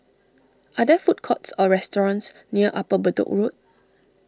are there food courts or restaurants near Upper Bedok Road